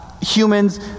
Humans